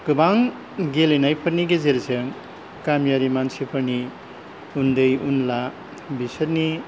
गोबां गेलेनायफोरनि गेजेरजों गामियारि मानसिफोरनि उन्दै उन्ला बिसोरनि